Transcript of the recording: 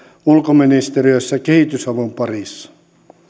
ulkoministeriössä kehitysavun parissa